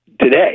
today